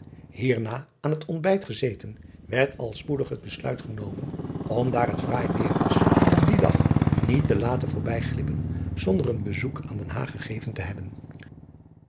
ierna aan het ontbijt gezeten werd al spoedig het besluit genomen om daar het fraai weêr was dien dag niet te laten voorbijglippen zonder een bezoek aan den aag gegeven te hebben